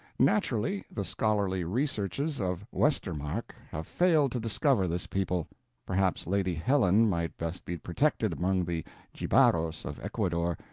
naturally, the scholarly researches of westermarck have failed to discover this people perhaps lady helen might best be protected among the jibaros of ecuador,